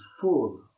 full